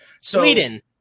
Sweden